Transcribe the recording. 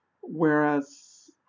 Whereas